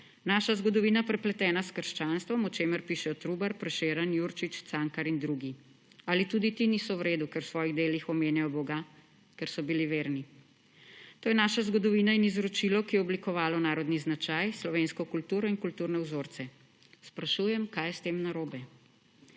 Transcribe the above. Naša zgodovina, prepletena s krščanstvom, o čemer pišejo Trubar, Prešeren, Jurčič, Cankar in drugi. Ali tudi ti niso v redu, ker v svojih delih omenjajo boga, ker so bili verni? To je naša zgodovina in izročilo, ki je oblikovalo narodni značaj, slovensko kulturo in kulturne vzorce. Sprašujem, kaj je s tem narobe.